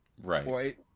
right